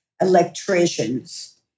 electricians